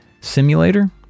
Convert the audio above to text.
simulator